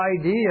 idea